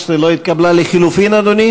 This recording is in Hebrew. שפיר, איציק